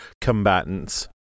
combatants